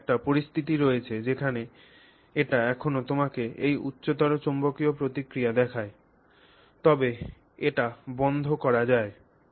এখন একটি পরিস্থিতি রয়েছে যেখানে এটি এখনও তোমাকে এই উচ্চ চৌম্বকীয় প্রতিক্রিয়া দেখায় তবে এটি বন্ধও করা যায়